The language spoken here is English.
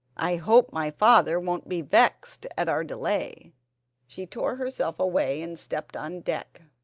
i hope my father won't be vexed at our delay she tore herself away and stepped on deck.